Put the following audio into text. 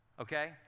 okay